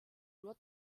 nur